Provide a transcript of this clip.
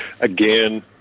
Again